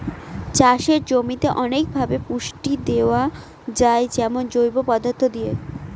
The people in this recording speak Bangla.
চাষের জমিতে অনেকভাবে পুষ্টি দেয়া যায় যেমন জৈব পদার্থ দিয়ে